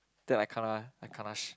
then I kena I kena